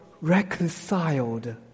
reconciled